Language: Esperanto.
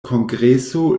kongreso